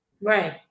right